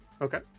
Okay